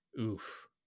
Oof